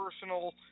personal